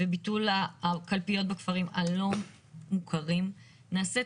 ביטול הקלפיות בכפרים הלא מוכרים נעשית